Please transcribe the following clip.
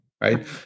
right